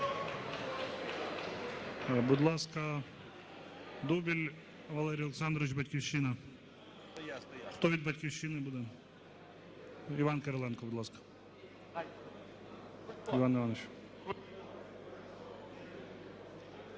Дубіль Валерій Олександрович, "Батьківщина". Хто від "Батьківщини" буде? Іван Кириленко, будь ласка. Іван Іванович.